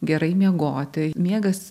gerai miegoti miegas